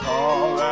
Call